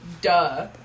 Duh